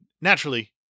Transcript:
naturally